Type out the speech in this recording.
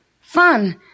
Fun